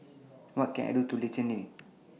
What Can I Do in Liechtenstein